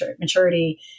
maturity